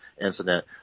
incident